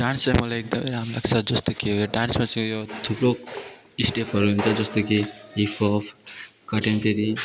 dance चाहिँ मलाई एकदमै राम्रो लाग्छ जस्तो कि डान्समा चाहिँ उयो थुप्रो स्टेपहरू हुन्छ जस्तो कि हिपअप कटेम्पोरेरी